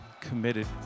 committed